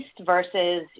versus